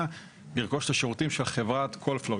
לרכוש את השירותים של חברת קולפלו,